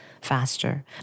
faster